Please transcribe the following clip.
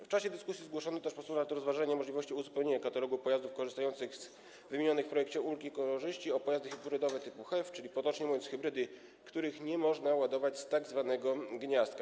W czasie dyskusji zgłoszono też postulat rozważenia możliwości uzupełnienia katalogu pojazdów korzystających z wymienionych w projekcie ulg i korzyści o pojazdy hybrydowe typu HEV, czyli potocznie mówiąc, hybrydy, których nie można ładować z tzw. gniazdka.